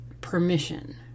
permission